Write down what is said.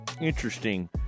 interesting